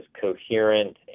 coherent